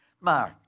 Mark